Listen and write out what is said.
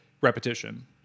repetition